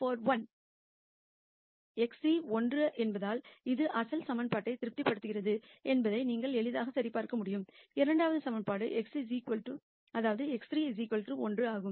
X3 1 என்பதால் இது அசல் சமன்பாட்டை திருப்திப்படுத்துகிறது என்பதை நீங்கள் எளிதாக சரிபார்க்க முடியும் இரண்டாவது சமன்பாடு x3 1 ஆகும்